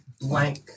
blank